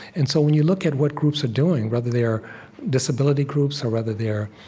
and so, when you look at what groups are doing, whether they are disability groups or whether they are